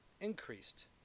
increased